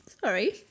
Sorry